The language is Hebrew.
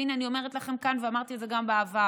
והינה, אני אומרת לכם כאן ואמרתי גם בעבר: